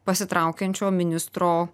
pasitraukiančio ministro